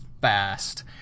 fast